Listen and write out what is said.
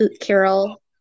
Carol